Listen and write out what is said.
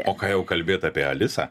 o ką jau kalbėt apie alisą